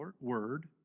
word